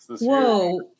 Whoa